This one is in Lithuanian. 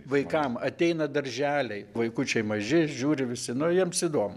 vaikam ateina darželiai vaikučiai maži žiūri visi nu jiems įdomu